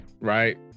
right